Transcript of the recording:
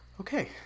Okay